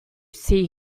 see